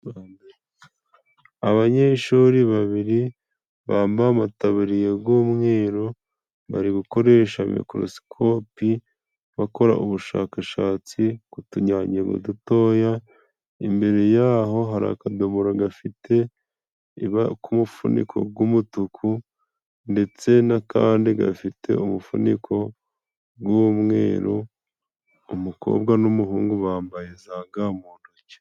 Abanyeshuri babiri bambaye amataburiye g'umweruru bari gukoresha mikorosikopi bakora ubushakashatsi ku tunyangingo dutoya. Imbere yaho hari akadomoro gafite umufuniko wumutuku ndetse n'akandi gafite umufuniko w'umweru. Umukobwa n'umuhungu bambaye zaga mu ntoki.